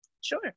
Sure